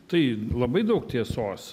tai labai daug tiesos